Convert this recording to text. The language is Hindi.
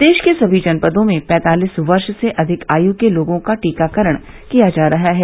प्रदेश के सभी जनपदों में पैंतालीस वर्ष से अधिक आय् के लोगों का टीकाकरण किया जा रहा है